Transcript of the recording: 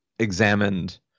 examined